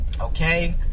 Okay